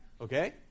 Okay